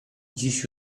dziś